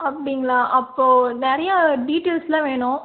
அப்படிங்களா அப்போ நிறையா டீட்டெயில்ஸ் எல்லாம் வேணும்